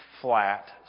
flat